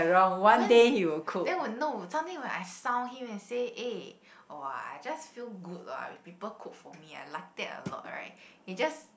when then when no sometime when I sound him and say eh oh I just feel good lah people cook for me I like that a lot right he just